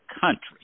country